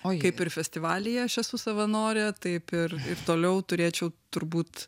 oi kaip ir festivalyje aš esu savanorė taip ir toliau turėčiau turbūt